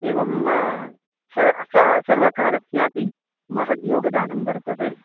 एवं स सर्वकारस्यापि महद्योगदानं वर्तते